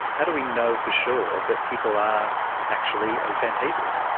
how do we know for sure that people are actually aphantasic?